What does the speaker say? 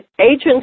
agents